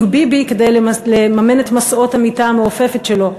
ביבי כדי לממן את מסעות המיטה המעופפת שלו.